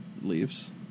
leaves